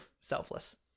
selfless